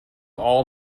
all